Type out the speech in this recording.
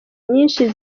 nyinshi